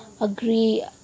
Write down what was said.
agree